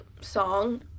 song